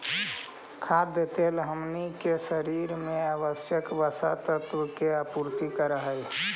खाद्य तेल हमनी के शरीर में आवश्यक वसा तत्व के आपूर्ति करऽ हइ